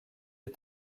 les